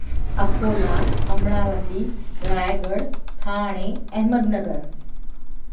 Akola Amravati Raigad Thane Ahmednagar